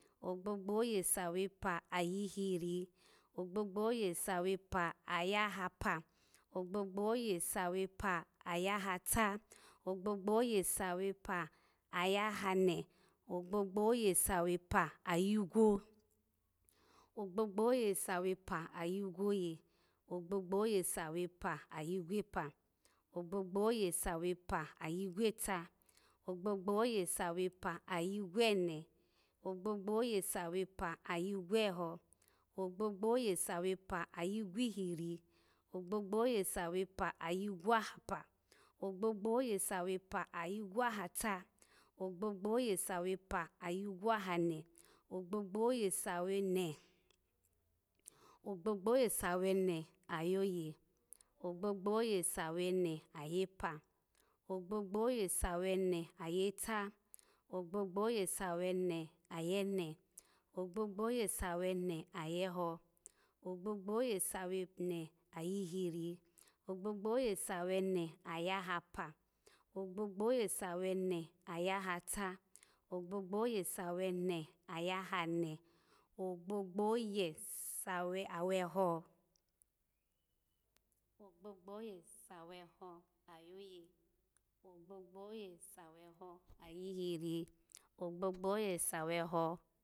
Ogbogbo oye sawepa ayihiri, ogbogbo oye sawepa ayahapa, ogbogbo oye sawepa ayahata, ogbogbo oye sawepa ayahane, ogbogbo oye wepa ayigwo, ogbogbo oye sa wepa ayigwoye, ogbogbo oye sa wepa ayiwopa, ogbogbo oye sa wepa ayigwota, ogbogbo oye sa wepa ayigwone, ogbogbo oye sa wepa ayigwoho, ogbogbo oye sa wepa ayigwohiri, ogbogbo oye sa wepa ayigwohafa, ogbogbo oye sa wepa ayigwohata, ogbogbo oye sa wepa ayigwohane, ogbogbo oye sa wene, ogbogbo oye sa wene ayoye, ogbogbo oye sa wene ayepa, ogbogbo oye sa wene ayeta, ogbogbo oye sa wene ayihiri, ogbogbo oye sa wene ayahapa, ogbogbo oye sa wene ayahata, ogbogbo oye sa wene ayahane, ogbogbo oye sa wene ayeho, ogbogbo oye sa weho ayoye, ogbogbo oye sa weho ayihiri, ogbogbo oye sa weho